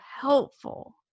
helpful